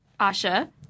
Asha